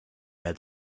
had